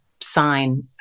sign